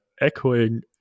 echoing